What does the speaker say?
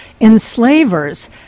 enslavers